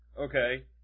Okay